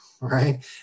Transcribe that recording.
right